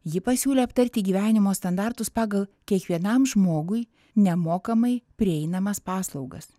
ji pasiūlė aptarti gyvenimo standartus pagal kiekvienam žmogui nemokamai prieinamas paslaugas